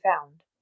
found